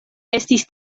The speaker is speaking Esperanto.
estis